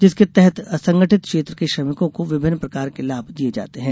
जिसके तहत असंगठित क्षेत्र के श्रमिकों को विभिन्न प्रकार के लाभ दिये जाते हैं